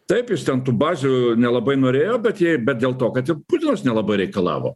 taip jis ten tų bazių nelabai norėjo bet jei bet dėl to kad ir putinas nelabai reikalavo